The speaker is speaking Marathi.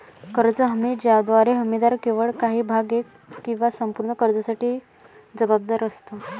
कर्ज हमी ज्याद्वारे हमीदार केवळ काही भाग किंवा संपूर्ण कर्जासाठी जबाबदार असतो